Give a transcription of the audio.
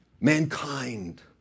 mankind